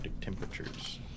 temperatures